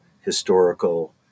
historical